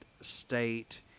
state